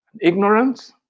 ignorance